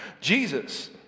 Jesus